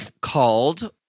called